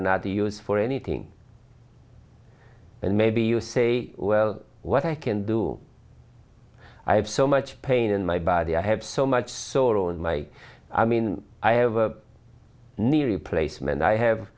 not to use for anything and maybe you say well what i can do i have so much pain in my body i have so much soul in my i mean i have a knee replacement i have